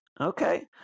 okay